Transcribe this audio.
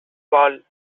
vol